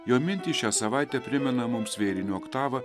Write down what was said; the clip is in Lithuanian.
jo mintys šią savaitę primena mums vėlinių oktavą